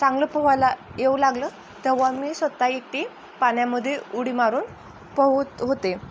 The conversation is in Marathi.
चांगलं पोहायला येऊ लागलं तेव्हा मी स्वत एकटी पाण्यामध्ये उडी मारून पोहत होते